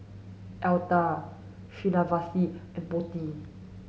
Atal Srinivasa and Potti